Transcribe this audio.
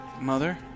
Mother